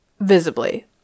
visibly